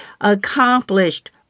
accomplished